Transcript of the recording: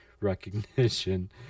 recognition